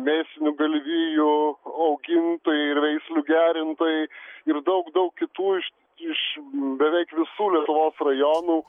mėsinių galvijų augintojai ir veislių gerintojai ir daug daug kitų iš iš beveik visų lietuvos rajonų